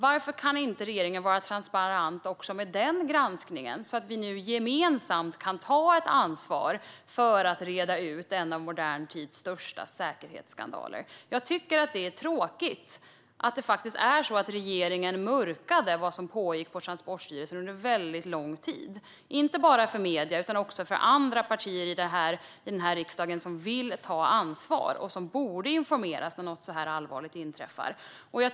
Varför kan inte regeringen vara transparent också med den granskningen, så att vi gemensamt kan ta ansvar för att reda ut en av modern tids största säkerhetsskandaler? Det är tråkigt att regeringen mörkade vad som pågick på Transportstyrelsen under lång tid, inte bara för medierna utan också för andra partier i riksdagen som vill ta ansvar och som borde informeras när något så allvarligt inträffar.